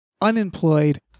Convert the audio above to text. unemployed